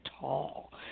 tall